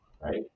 right